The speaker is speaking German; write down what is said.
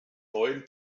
neuen